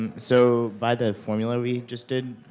so by the formula we just did,